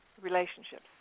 relationships